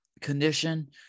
condition